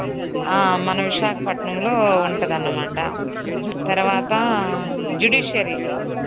మన విశాఖపట్నంలో ఉంటుంది అనమాట తరవాత జుడీషియరీ